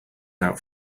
out